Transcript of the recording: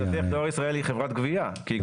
דואר ישראל הוא חברת גבייה, כי היא